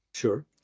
sure